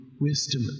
wisdom